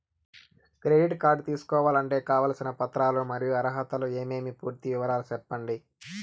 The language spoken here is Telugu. క్రెడిట్ కార్డు తీసుకోవాలంటే కావాల్సిన పత్రాలు మరియు అర్హతలు ఏమేమి పూర్తి వివరాలు సెప్పండి?